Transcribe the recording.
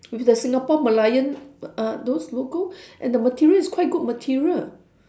with the singapore merlion uh those logo and the material is quite good material